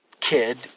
kid